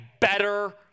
better